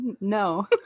No